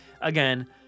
Again